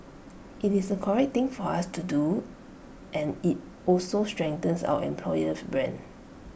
IT is the correct thing for us to do and IT also strengthens our employer's brand